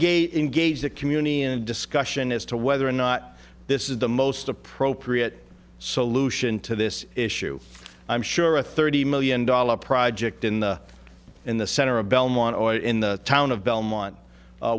gate engage the community in a discussion as to whether or not this is the most appropriate solution to this issue i'm sure a thirty million dollar project in the in the center of belmont oil in the town of belmont